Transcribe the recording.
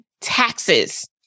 taxes